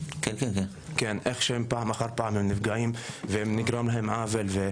הם נפגעים פעם אחר פעם ונגרם להם עוול.